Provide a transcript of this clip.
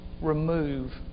remove